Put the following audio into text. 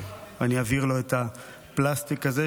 אני אעביר לו את הפלסטיק הזה,